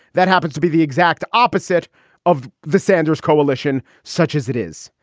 that happens to be the exact opposite of the sanders coalition, such as it is.